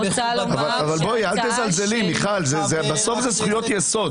אל תזלזלי, מיכל, בסוף זה זכויות יסוד.